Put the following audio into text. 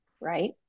right